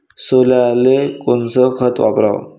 सोल्याले कोनचं खत वापराव?